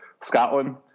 Scotland